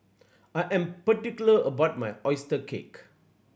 I am particular about my oyster cake